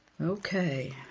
Okay